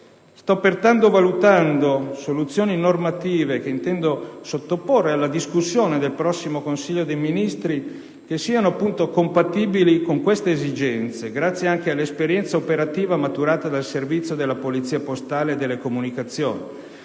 Sto pertanto valutando soluzioni normative - che intendo sottoporre alla discussione del prossimo Consiglio dei ministri - che siano appunto compatibili con queste esigenze, grazie anche all'esperienza operativa maturata dal servizio della Polizia postale e delle comunicazioni,